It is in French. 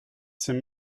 c’est